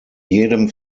jedem